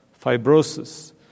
fibrosis